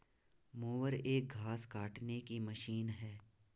mower एक घास काटने की मशीन है